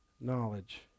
knowledge